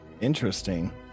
Interesting